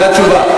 זאת התשובה.